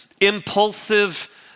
impulsive